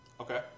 Okay